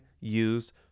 use